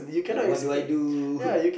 like what do I do